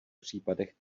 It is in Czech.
případech